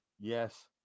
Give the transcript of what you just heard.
Yes